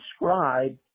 describe